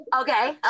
Okay